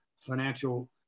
financial